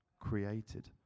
created